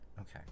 Okay